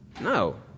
No